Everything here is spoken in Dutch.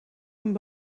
een